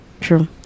true